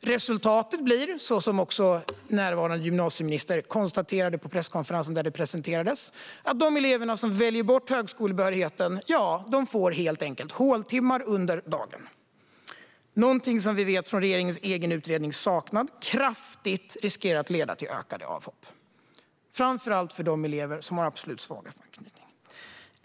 Resultatet blir, som också närvarande gymnasieministern konstaterade på presskonferensen där detta presenterades, att de elever som väljer bort högskolebehörigheten helt enkelt får håltimmar under dagen. Vi vet utifrån regeringens egen utredning Saknad! att det kraftigt riskerar att leda till ökade avhopp, framför allt för de elever som har absolut svagast anknytning.